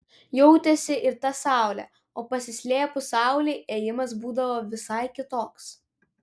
jautėsi ir ta saulė o pasislėpus saulei ėjimas būdavo visai kitoks